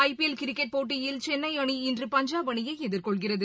ஜ P L கிரிக்கெட் போட்டியில் சென்னை அணி இன்று பஞ்சாப் அணியை எதிர்கொள்கிறது